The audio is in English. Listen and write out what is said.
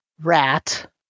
rat